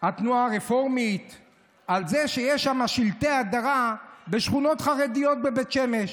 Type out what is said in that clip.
על זה שיש שלטי הדרה בשכונות חרדיות בבית שמש.